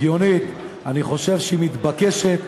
הגיונית, אני חושב שהיא מתבקשת.